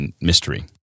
mystery